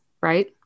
right